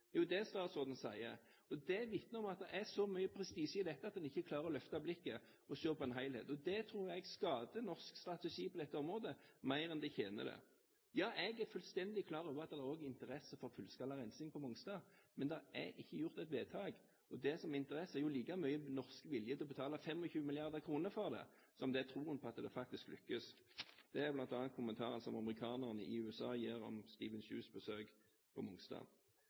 er jo det statsråden sier, og det vitner om at det er så mye prestisje i dette at en ikke klarer å løfte blikket og se helheten. Det tror jeg skader norsk strategi på dette området mer enn det tjener den. Ja, jeg er fullstendig klar over at det også er interesse for fullskala rensing på Mongstad, men det er ikke gjort et vedtak. Det som er interessant, er like mye norsk vilje til å betale 25 mrd. kr for det, som det er troen på at det faktisk lykkes. Det er bl.a. kommentarer som amerikanerne i USA har om Stephen Chus besøk på Mongstad.